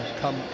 come